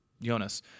Jonas